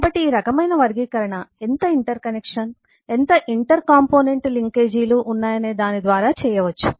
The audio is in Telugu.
కాబట్టి ఈ రకమైన వర్గీకరణ ఎంత ఇంటర్ కనెక్షన్ ఎంత ఇంటర్ కాంపోనెంట్ లింకేజీలు ఉన్నాయనే దాని ద్వారా చేయవచ్చు